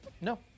No